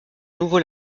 nouveau